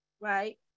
Right